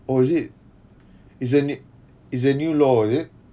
oh is it is a ne~ is a new law is it